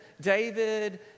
David